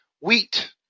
wheat